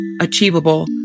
Achievable